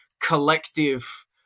collective